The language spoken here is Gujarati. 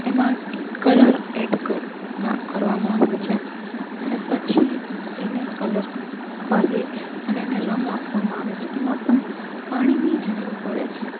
એમાં કલર એડ ના કરવામાં આવે છે અને પછી એને કલર કરી અને એને રંગ આપવામાં આવે છે એમાં પણ પાણીની જરૂર પડે છે